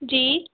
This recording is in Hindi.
जी